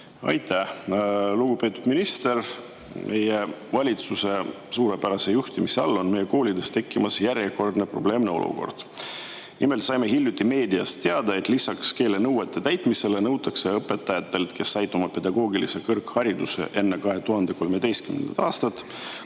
Aitäh! Lugupeetud minister! Meie valitsuse suurepärase juhtimise all on koolides tekkimas järjekordne probleemne olukord. Nimelt saime hiljuti meediast teada, et lisaks keelenõuete täitmisele nõutakse õpetajatelt, kes said oma pedagoogilise kõrghariduse enne 2013. aastat